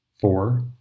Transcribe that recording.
Four